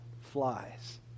Flies